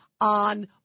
on